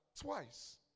twice